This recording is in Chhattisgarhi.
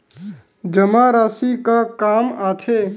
जमा राशि का काम आथे?